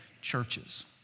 churches